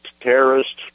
terrorist